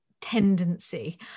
tendency